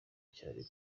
cyane